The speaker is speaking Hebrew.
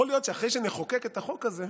יכול להיות שאחרי שנחוקק את החוק הזה,